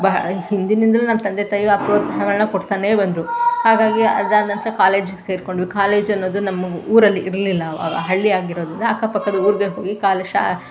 ಬಹಳ ಹಿಂದಿನಿಂದಲೂ ನಮ್ಮ ತಂದೆ ತಾಯಿ ಆ ಪ್ರೋತ್ಸಾಹಗಳನ್ನು ಕೊಡ್ತಲೇ ಬಂದರು ಹಾಗಾಗಿ ಅದಾದ ನಂತರ ಕಾಲೇಜಿಗೆ ಸೇರಿಕೊಂಡ್ವಿ ಕಾಲೇಜ್ ಅನ್ನೋದು ನಮ್ಮ ಊರಲ್ಲಿ ಇರಲಿಲ್ಲ ಆವಾಗ ಹಳ್ಳಿ ಆಗಿರೋದರಿಂದ ಅಕ್ಕಪಕ್ಕದ ಊರಿಗೆ ಹೋಗಿ ಕಾಲೇ ಶಾ